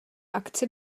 akce